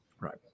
Right